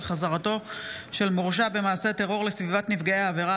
חזרתו של מורשע במעשה טרור לסביבת נפגעי העבירה,